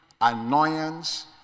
annoyance